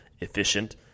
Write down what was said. efficient